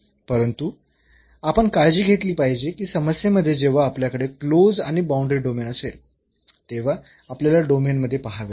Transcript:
परंतु आपण काळजी घेतली पाहिजे की समस्येमध्ये जेव्हा आपल्याकडे क्लोज आणि बाऊंडरी डोमेन असेल तेव्हा आपल्याला डोमेन मध्ये पहावे लागेल